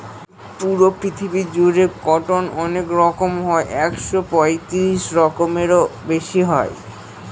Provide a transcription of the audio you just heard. পুরো পৃথিবী জুড়ে কটন অনেক রকম হয় একশো পঁয়ত্রিশ রকমেরও বেশি হয়